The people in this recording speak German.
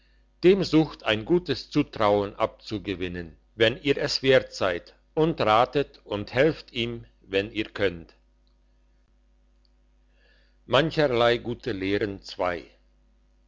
dem sucht ein gutes zutrauen abzugewinnen wenn ihr es wert seid und ratet und helft ihm wenn ihr könnt mancherlei gute lehren